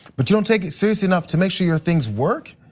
but you don't take it seriously enough to make sure your things work.